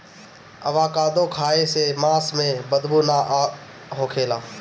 avocado खाए से सांस में बदबू के ना होखेला